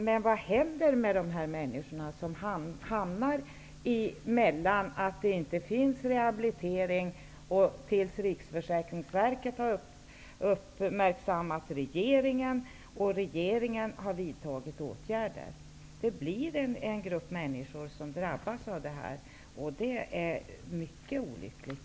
Men vad händer med de människor som hamnar i den situationen att det inte finns rehabilitering, innan Riksförsäkringsverket har uppmärksammat regeringen och regeringen har vidtagit åtgärder? Det finns en grupp människor som kommer att drabbas av det här, och det är mycket olyckligt.